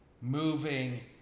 Moving